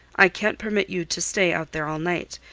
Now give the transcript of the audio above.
i can't permit you to stay out there all night.